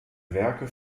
werke